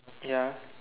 ya